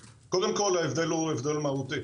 כל, ההבדל הוא מהותי.